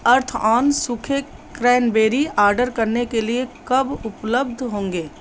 अर्थऑन सूखे cranberry order करने के लिए कब उपलब्ध होंगे